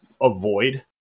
avoid